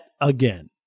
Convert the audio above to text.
again